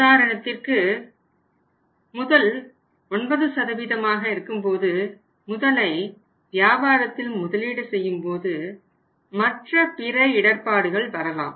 உதாரணத்திற்கு முதல் 9 ஆக இருக்கும்போது முதலை வியாபாரத்தில் முதலீடு செய்யும்போது மற்றபிற இடர்ப்பாடுகள் வரலாம்